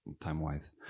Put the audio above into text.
time-wise